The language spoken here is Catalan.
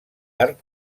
art